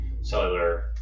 cellular